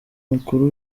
mukuru